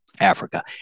Africa